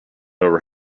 over